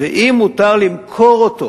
ואם מותר למכור אותו